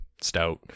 stout